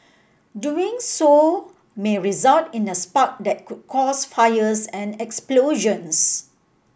doing so may result in a spark that could cause fires and explosions